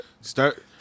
Start